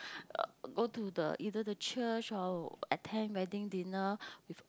go to the either the church or attend wedding dinner with